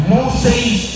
Moses